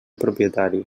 propietari